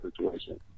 situation